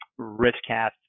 RiskCast